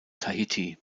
tahiti